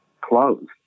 closed